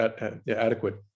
adequate